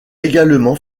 également